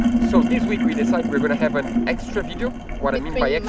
so this week we decide we're gonna have an extra video what i mean. like